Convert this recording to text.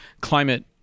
climate